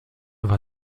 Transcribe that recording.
war